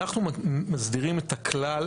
אנחנו מסדירים את הכלל,